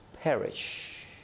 perish